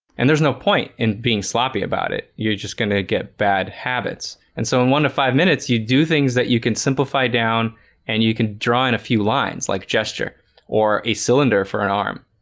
and there's no point in being sloppy about it you're just gonna get bad habits and so in one to five minutes you do things that you can simplify down and you draw in a few lines like gesture or a cylinder for an arm